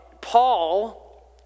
Paul